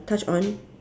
touch on